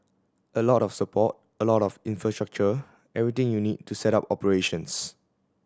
a lot of support a lot of infrastructure everything you need to set up operations